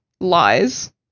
lies